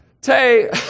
Tay